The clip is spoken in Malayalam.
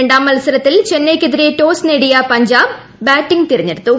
രണ്ടാംമത്സരത്തിൽ ചെന്നൈയ്ക്കെതിരെ ടോസ് നേടിയ പഞ്ചാബ് ബാറ്റിംഗ് തിരഞ്ഞെടുത്തു